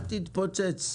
אל תתפוצץ.